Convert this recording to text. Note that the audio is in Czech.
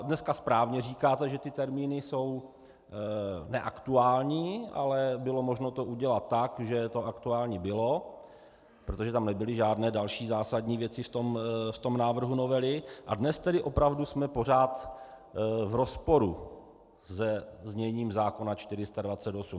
Dneska správně říkáte, že ty termíny jsou neaktuální, ale bylo možno to udělat tak, že to aktuální bylo, protože tam nebyly žádné další zásadní věci v tom návrhu novely, a dnes tedy opravdu jsme pořád v rozporu se zněním zákona 428.